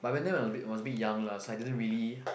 but when I went there was a bit was a bit young lah so I didn't really